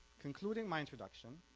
concluding my introduction,